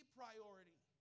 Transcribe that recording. priority